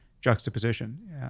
juxtaposition